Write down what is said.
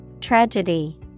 Tragedy